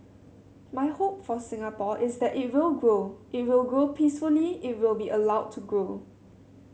my hope for Singapore is that it will grow it will grow peacefully it will be allowed to grow